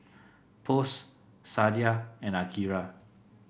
Post Sadia and Akira